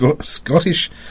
Scottish